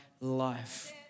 life